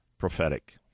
prophetic